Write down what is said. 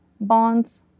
bonds